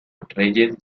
reyes